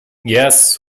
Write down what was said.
guests